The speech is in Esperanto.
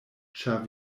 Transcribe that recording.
ĉar